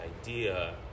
idea